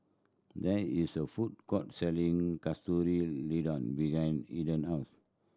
there is a food court selling Katsu Tendon behind Enid house